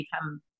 become